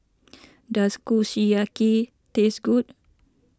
does Kushiyaki taste good